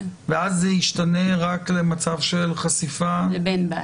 ואז זה ישתנה רק למצב של חשיפה --- לבן בית,